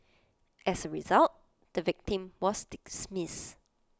as A result the victim was